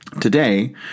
Today